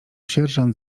sierżant